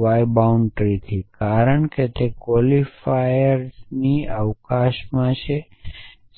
Y boundary થી કારણ કે તે તે ક્વોન્ટિફાઇઝની અવકાશમાં આવે